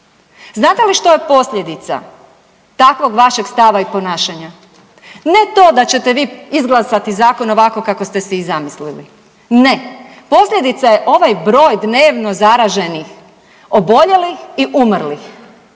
Znate li što je posljedica takvog vašeg stava i ponašanja? Ne to da ćete vi izglasati zakon ovako kako ste si i zamislili, ne, posljedica je ovaj broj dnevno zaraženih, oboljelih i umrlih.